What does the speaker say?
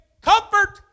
comfort